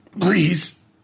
Please